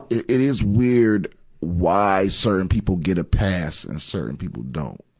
it is weird why certain people get a pass and certain people don't.